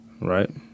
Right